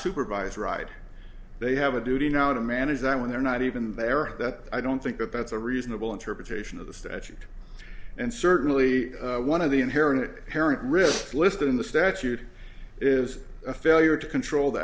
supervised ride they have a duty now to manage that when they're not even there that i don't think that that's a reasonable interpretation of the statute and certainly one of the inherent parent risk listed in the statute is a failure to control the